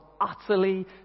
utterly